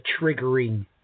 triggering